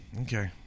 okay